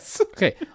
Okay